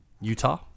Utah